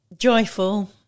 Joyful